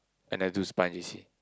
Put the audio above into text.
I never do spa in J_C